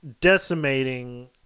decimating